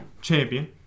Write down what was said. champion